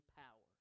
power